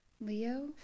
Leo